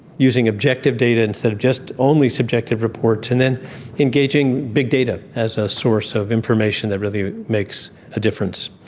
using objective data instead of just only subjective reports, and then engaging big data as a source of information that really makes a difference.